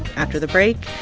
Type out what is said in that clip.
after the break,